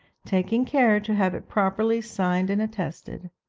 taking care to have it properly signed and attested.